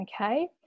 okay